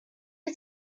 wyt